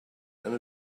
and